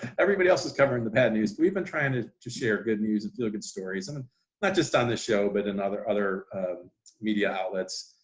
everybody else is covering the bad news, but we've been trying to to share good news and feel-good stories. not just on this show, but in other other media outlets,